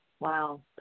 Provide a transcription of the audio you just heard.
Wow